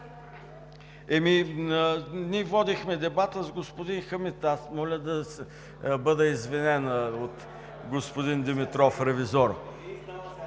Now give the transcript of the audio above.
Ние водихме дебата с господин Хамид и моля да бъда извинен от господин Димитров – Ревизоро,